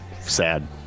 sad